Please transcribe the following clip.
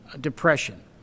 depression